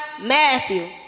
Matthew